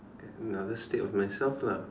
another state of myself lah